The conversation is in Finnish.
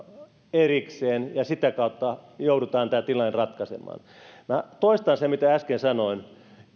erikseen ja sitä kautta joudutaan tämä tilanne ratkaisemaan minä toistan sen mitä äsken sanoin